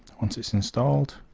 once its installed